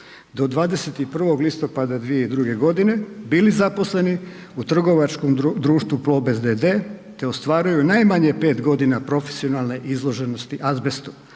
do 21. listopada 2002. g. bili zaposleni u trgovačkom društvu Plobest d.d. te ostvaruju najmanje 5 godina profesionalne izloženosti azbestu,